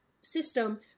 system